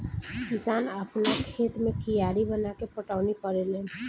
किसान आपना खेत मे कियारी बनाके पटौनी करेले लेन